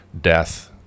death